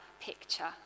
picture